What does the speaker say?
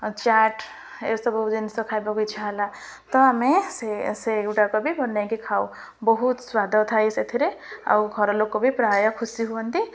ଚାଟ୍ ଏସବୁ ଜିନିଷ ଖାଇବାକୁ ଇଚ୍ଛା ହେଲା ତ ଆମେ ସେ ସେଗୁଡ଼ାକ ବି ବନାଇକି ଖାଉ ବହୁତ ସ୍ୱାଦ ଥାଏ ସେଥିରେ ଆଉ ଘରଲୋକ ବି ପ୍ରାୟ ଖୁସି ହୁଅନ୍ତି